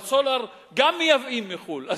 אבל גם סולר מייבאים מחו"ל.